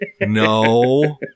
No